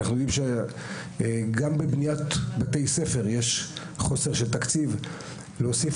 אנחנו יודעים שגם בבניית בתי ספר חסר תקציב ולהוסיף